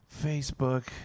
Facebook